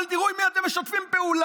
אבל תראו עם מי אתם משתפים פעולה.